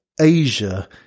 Asia